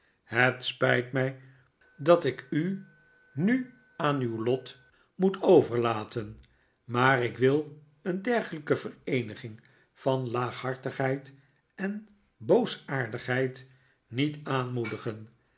het spijt mij dat ik u nu aan uw lot moet overlaten maar ik wil een dergelijke vereeniging van laaghartigheid en boosheid niet aanmoedigen